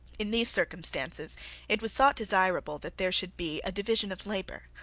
in these circumstances it was thought desirable that there should be a division of labour.